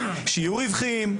שיהיו רווחיים.